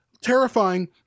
terrifying